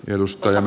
edustajan